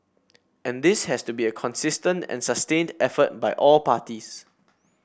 and this has to be a consistent and sustained effort by all parties